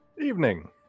Evening